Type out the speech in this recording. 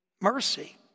mercy